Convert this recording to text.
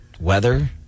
weather